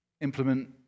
implement